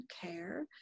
care